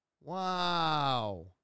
Wow